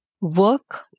work